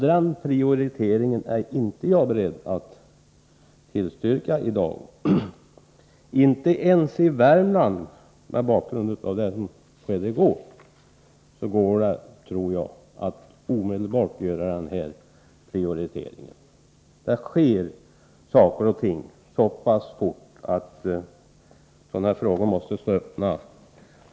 Den prioriteringen är inte jag beredd att tillstyrka i dag. Mot bakgrund av vad som skedde i går tror jag inte det går ens i Värmland att omedelbart göra denna prioritering. Det sker saker och ting så pass fort att sådana frågor måste stå öppna.